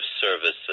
Services